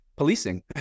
policing